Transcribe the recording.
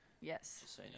Yes